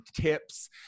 tips